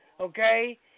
okay